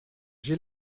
j’ai